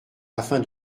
afin